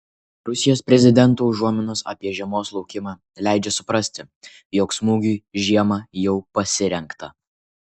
rusijos prezidento užuominos apie žiemos laukimą leidžia suprasti jog smūgiui žiemą jau pasirengta